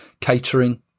Catering